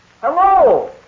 Hello